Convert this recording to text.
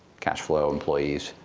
cash flow, employees,